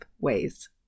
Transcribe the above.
Ways